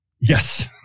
Yes